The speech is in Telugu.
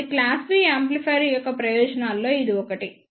కాబట్టి క్లాస్ B యాంప్లిఫైయర్ల యొక్క ప్రయోజనాల్లో ఇది ఒకటి